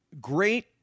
great